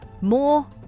more